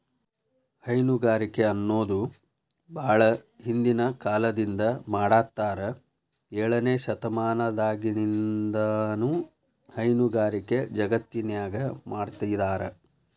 ಹೈನುಗಾರಿಕೆ ಅನ್ನೋದು ಬಾಳ ಹಿಂದಿನ ಕಾಲದಿಂದ ಮಾಡಾತ್ತಾರ ಏಳನೇ ಶತಮಾನದಾಗಿನಿಂದನೂ ಹೈನುಗಾರಿಕೆ ಜಗತ್ತಿನ್ಯಾಗ ಮಾಡ್ತಿದಾರ